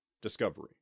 Discovery